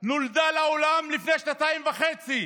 נולדה לעולם לפני שנתיים וחצי,